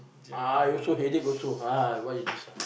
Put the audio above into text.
I also headache also ah what is this lah